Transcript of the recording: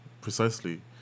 Precisely